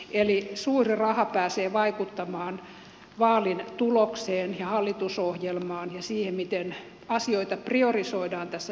eli suuri raha pääsee vaikuttamaan vaalin tulokseen ja hallitusohjelmaan ja siihen miten asioita priorisoidaan tässä yhteiskunnassa